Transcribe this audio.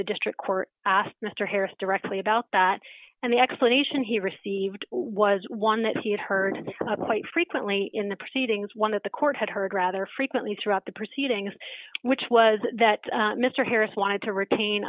the district court asked mister harris directly about that and the explanation he received was one that he had heard quite frequently in the proceedings one that the court had heard rather frequently throughout the proceedings which was that mister harris wanted to retain